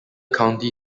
county